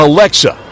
Alexa